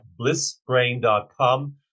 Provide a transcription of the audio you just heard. blissbrain.com